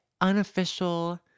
unofficial